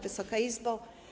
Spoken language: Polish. Wysoka Izbo!